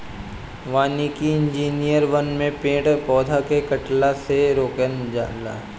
वानिकी इंजिनियर वन में पेड़ पौधा के कटला से रोके लन